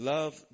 Love